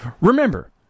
Remember